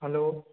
hello